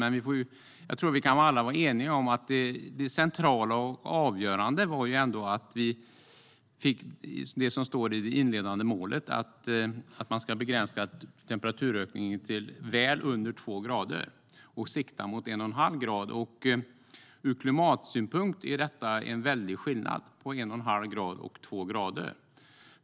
Men jag tror att vi alla kan vara eniga om att det centrala och avgörande ändå var det som står i det inledande målet, att man ska begränsa temperaturökningen till väl under två grader och sikta mot en och en halv grad. Ur klimatsynpunkt är det en väldig skillnad mellan en och en halv grad och två grader.